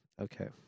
Okay